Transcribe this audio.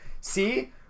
see